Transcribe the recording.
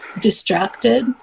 distracted